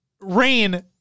Rain